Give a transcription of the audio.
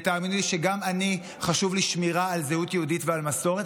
ותאמינו לי שגם לי חשובה שמירה על זהות יהודית ועל מסורת.